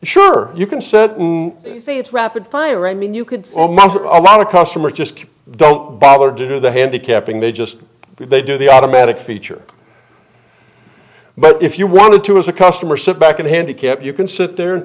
sure you can set see it rapid fire i mean you could almost a lot of customers just don't bother to do the handicapping they just they do the automatic feature but if you wanted to as a customer sit back and handicap you can sit there and